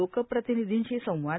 लोकप्रतिनिधींशी संवाद